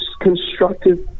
constructive